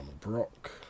Brock